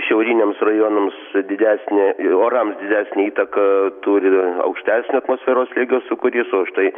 šiauriniams rajonams didesnę orams didesnę įtaką turi aukštesnio atmosferos slėgio sūkurys o štai